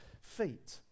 feet